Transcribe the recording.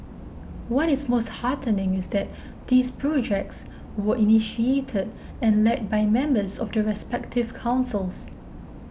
what is most heartening is that these projects were initiated and led by members of the respective councils